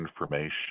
information